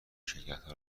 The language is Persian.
شرکتها